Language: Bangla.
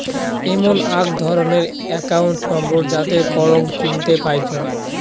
এমন আক ধরণের একাউন্ট নম্বর যাতে করাং চিনতে পাইচুঙ